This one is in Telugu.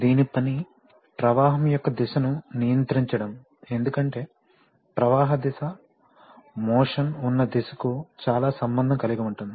దీని పని ప్రవాహం యొక్క దిశను నియంత్రించడం ఎందుకంటే ప్రవాహ దిశ మోషన్ ఉన్న దిశకు చాలా సంభందం కలిగి ఉంటుంది